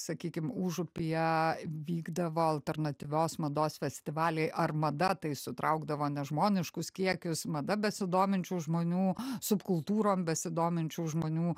sakykim užupyje vykdavo alternatyvios mados festivaliai ar mada tai sutraukdavo nežmoniškus kiekius mada besidominčių žmonių subkultūrom besidominčių žmonių